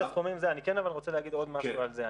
אני כן רוצה להגיד עוד משהו על זה.